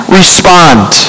respond